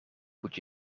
moet